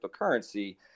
cryptocurrency